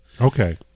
Okay